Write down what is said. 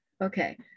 Okay